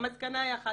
המסקנה היא אחת,